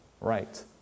right